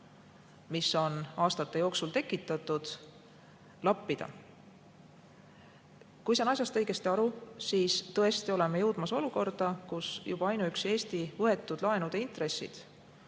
mis on aastate jooksul tekitatud, lappida. Kui saan asjast õigesti aru, siis tõesti oleme jõudmas olukorda, kus juba ainuüksi Eesti võetud laenude intressid